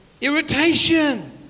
irritation